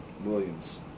Williams